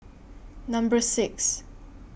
Number six